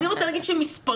אני רוצה להגיד שמספרית